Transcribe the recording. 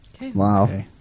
Wow